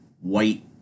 white